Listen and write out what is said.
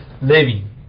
living